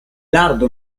lardo